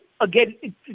again